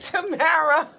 Tamara